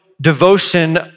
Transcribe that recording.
devotion